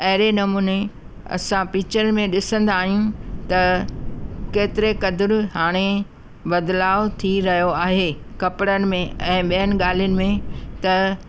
अहिड़े नमूने असां पिकिचर में ॾिसंदा आहियूं त केतिरे क़द्रु हाणे बदिलाव थी रहियो आहे कपिड़नि में ऐं ॿियनि ॻाल्हिनि में त